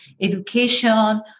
education